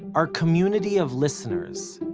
our community of listeners,